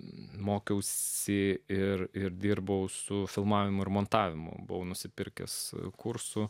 mokiausi ir ir dirbau su filmavimu ir montavimu buvau nusipirkęs kursų